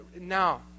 now